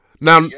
now